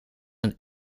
een